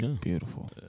Beautiful